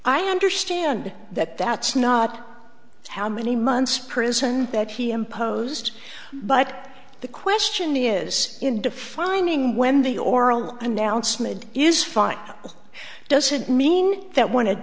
i understand that that's not how many months prison that he imposed but the question is in defining when the oral announcement is fine does it mean that